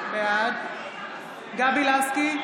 בעד גבי לסקי,